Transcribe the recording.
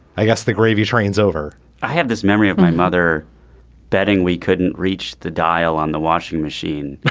i guess the gravy train is over i have this memory of my mother betting we couldn't reach the dial on the washing machine and